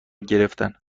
گرفتن